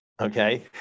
Okay